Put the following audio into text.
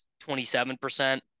27%